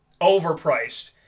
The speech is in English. overpriced